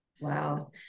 Wow